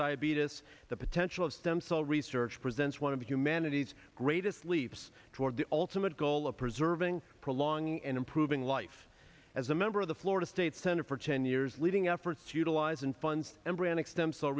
diabetes the potential of stem cell research presents one of the humanity's greatest leaps toward the ultimate goal of preserving prolong and improving life as a member of the florida state senate for ten years leading efforts to lies and fund embryonic stem cell